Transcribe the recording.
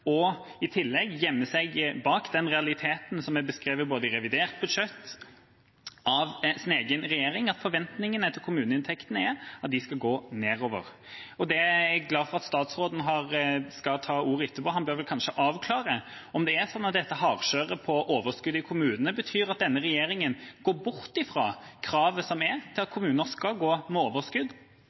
og i tillegg gjemmer seg bak den realiteten som er beskrevet i revidert budsjett av egen regjering, at forventningene til kommuneinntektene er at de skal gå nedover. Jeg er glad for at statsråden skal ta ordet etterpå. Han bør vel kanskje avklare om det er sånn at dette hardkjøret på at det er overskudd i kommunene betyr at denne regjeringa går bort fra kravet om at kommuner skal gå med overskudd,